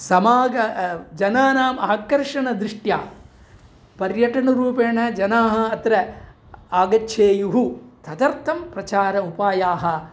समाजः जनानाम् आकर्षणदृष्ट्या पर्यटनरूपेण जनाः अत्र आगच्छेयुः तदर्थं प्रचारोपायाः